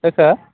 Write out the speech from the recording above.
सोरखौ